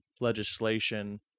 legislation